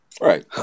right